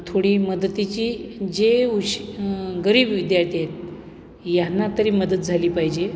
थोडी मदतीची जे उश गरीब विद्यार्थीे आहेत यांना तरी मदत झाली पाहिजे